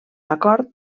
acord